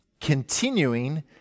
continuing